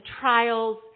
trials